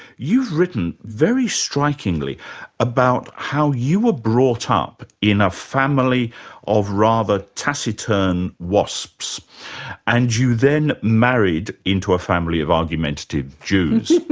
you've written very strikingly about how you were brought ah up in a family of rather taciturn wasps and you then married into a family of argumentative jews.